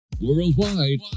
worldwide